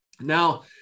Now